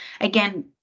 Again